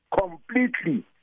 completely